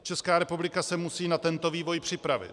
Česká republika se musí na tento vývoj připravit.